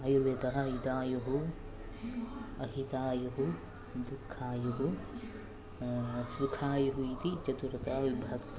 आयुर्वेदः हितायुः अहितायुः दुःखायुः सुखायुः इति चतुर्धा विभक्तः